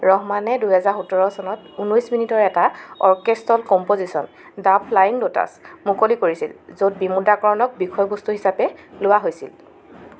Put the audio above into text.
ৰহমানে দুহেজাৰ সোতৰ চনত ঊনৈছ মিনিটৰ এটা orchestral composition 'The Flying Lotus ' মুকলি কৰিছিল য'ত বিমুদ্ৰাকৰণক বিষয়বস্তু হিচাপে লোৱা হৈছিল